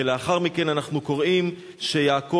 ולאחר מכן אנחנו קוראים שיעקב,